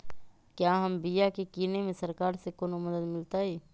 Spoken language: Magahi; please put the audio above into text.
क्या हम बिया की किने में सरकार से कोनो मदद मिलतई?